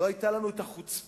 לא היתה לנו החוצפה,